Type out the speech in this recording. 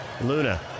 Luna